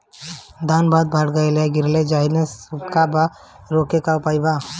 धान बहुत बढ़ गईल बा गिरले जईसन बा रोके क का उपाय बा?